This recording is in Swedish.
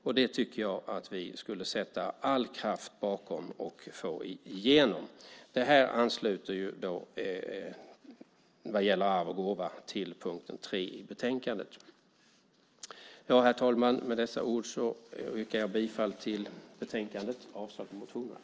Jag tycker att vi ska sätta all kraft bakom att få igenom detta. Detta om arv och gåva ansluter till punkt 3 i betänkandet. Herr talman! Med dessa ord yrkar jag bifall till förslaget i betänkandet och avslag på motionerna.